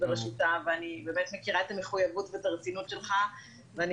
בראשותה ואני באמת מכירה את המחויבות ואת הרצינות שלך ואני